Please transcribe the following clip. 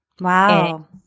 wow